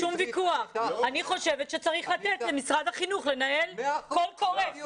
אני חושבת שצריך לתת למשרד החינוך לנהל קול קורא.